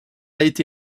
été